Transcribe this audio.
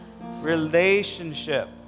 Relationship